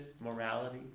morality